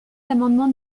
l’amendement